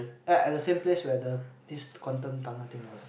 ya at the same place where the this quantum tunnel thing was